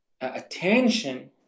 attention